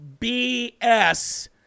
BS